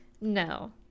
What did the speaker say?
No